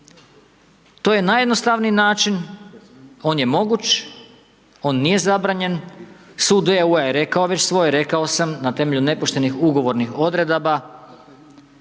To je najjednostavniji način, on je moguć, on nije zabranjen, sud EU-a je rekao već svoje, rekao sam, na temelju nepoštenih ugovornih odredaba